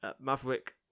Maverick